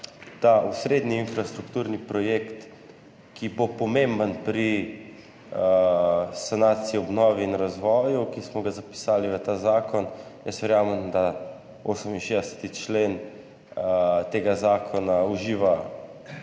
ta osrednji infrastrukturni projekt, ki bo pomemben pri sanaciji, obnovi in razvoju, ki smo ga zapisali v ta zakon, jaz verjamem, da 68. člen tega zakona uživa